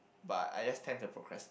but I just tend to procrastinate